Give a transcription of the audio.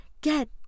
Get